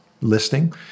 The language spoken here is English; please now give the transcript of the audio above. listing